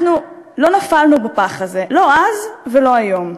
אנחנו לא נפלנו בפח הזה, לא אז ולא היום.